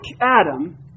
Adam